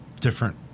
different